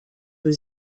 für